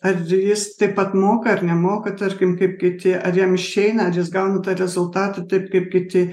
ar jis taip pat moka ar nemoka tarkim kaip kiti ar jam išeina ar jis gauna tą rezultatą taip kaip kiti